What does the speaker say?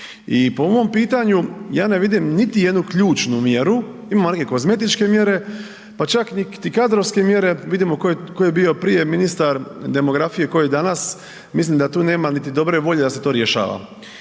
I po mom pitanju ja ne vidim niti jednu ključnu mjeru, imamo neke kozmetičke mjere, pa čak niti kadrovske mjere, vidimo tko je bio prije ministar demografije, tko je danas, mislim da tu nema niti dobre volje da se to rješava.